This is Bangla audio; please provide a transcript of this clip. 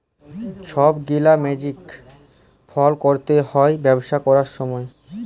ছব গিলা মার্জিল ফল ক্যরতে হ্যয় ব্যবসা ক্যরার সময়